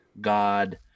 god